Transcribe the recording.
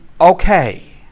okay